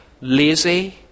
lazy